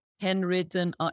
handwritten